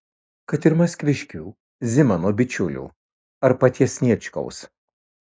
kad ir maskviškių zimano bičiulių ar paties sniečkaus